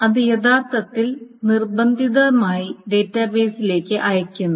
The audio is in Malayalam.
ഇത് യഥാർത്ഥത്തിൽ നിർബന്ധിതമായി ഡാറ്റാബേസിലേക്ക് അയയ്ക്കുന്നു